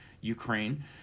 Ukraine